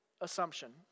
assumption